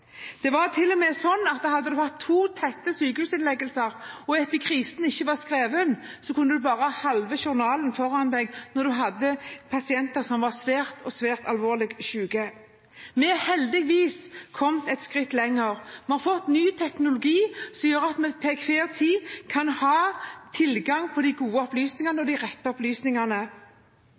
Det var til og med slik at hadde det vært to tette sykehusinnleggelser og epikrisen ikke var skrevet, kunne du ha bare halve journalen foran deg når du hadde pasienter som var svært alvorlig syke. Vi har heldigvis kommet et skritt lenger. Vi har fått ny teknologi, som gjør at vi til enhver tid kan ha tilgang til de riktige opplysningene. Derfor er det viktig å sikre at disse opplysningene,